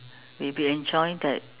we we enjoy that